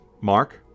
Mark